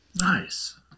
Nice